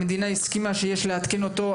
המדינה הסכימה שיש לעדכן אותו,